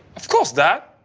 of course, dad!